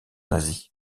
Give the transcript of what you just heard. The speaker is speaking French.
nazie